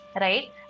Right